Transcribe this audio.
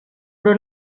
però